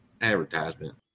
advertisement